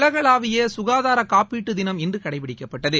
உலகளாவிய சுகாதார காப்பீட்டு தினம் இன்று கடைபிடிக்கப்பட்டது